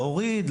להוריד,